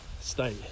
state